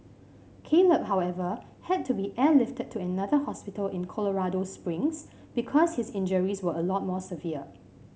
Caleb however had to be airlifted to another hospital in Colorado Springs because his injuries were a lot more severe